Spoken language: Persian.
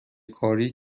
کاری